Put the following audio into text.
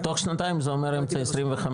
תוך שנתיים זה אומר אמצע 25,